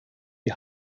die